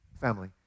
Family